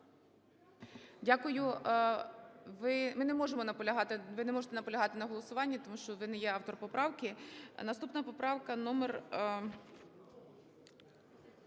ви не можете наполягати на голосуванні, тому що ви не є автор поправки. Наступна - поправка номер